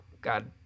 God